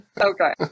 Okay